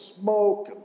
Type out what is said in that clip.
smoke